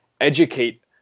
educate